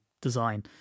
design